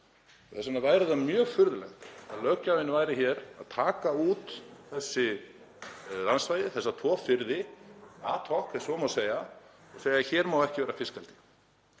Þess vegna væri það mjög furðulegt að löggjafinn væri hér að taka út þessi landsvæði, þessa tvo firði, ad hoc, ef svo má segja, og segja: Hér má ekki vera fiskeldi.